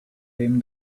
him